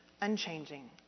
unchanging